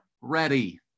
ready